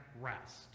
rest